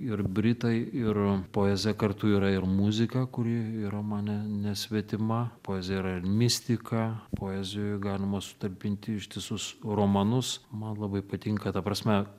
ir britai ir poezija kartu yra ir muzika kuri yra man ne nesvetima poezija yra ir mistika poezijoj galima sutalpinti ištisus romanus man labai patinka ta prasme